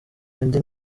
meddy